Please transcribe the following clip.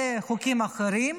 אלה חוקים אחרים.